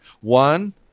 one